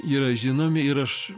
yra žinomi ir aš